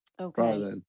Okay